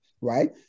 right